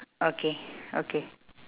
okay okay